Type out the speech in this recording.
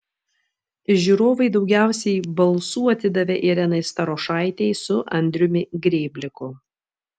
žiūrovai daugiausiai balsų atidavė irenai starošaitei su andriumi grėbliku